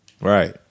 right